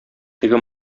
теге